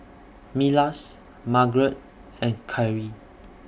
Milas Margarett and Khiry